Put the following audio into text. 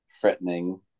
threatening